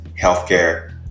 healthcare